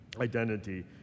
identity